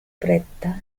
fretta